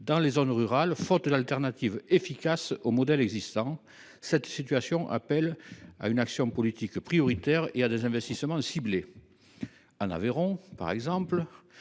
dans les zones rurales, faute de solution de substitution efficace aux modèles existants. Cette situation nécessite une action politique prioritaire et des investissements ciblés. En Aveyron, par exemple,